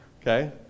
Okay